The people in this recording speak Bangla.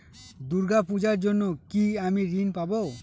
দূর্গা পূজার জন্য কি আমি ঋণ পাবো?